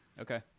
Okay